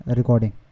recording